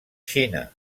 xina